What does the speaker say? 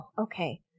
okay